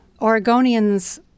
Oregonians